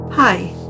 Hi